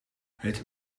het